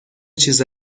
چیز